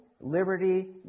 liberty